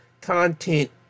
content